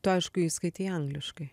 tu aišku jį skaitei angliškai